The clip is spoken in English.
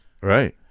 Right